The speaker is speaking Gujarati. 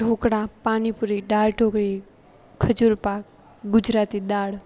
ઢોકળા પાણીપૂરી દાળઢોકળી ખજૂરપાક ગુજરાતી દાળ